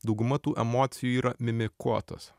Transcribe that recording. dauguma tų emocijų yra mimikuotos